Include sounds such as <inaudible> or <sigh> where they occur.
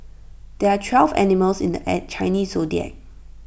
there are twelve animals in the <unintelligible> Chinese Zodiac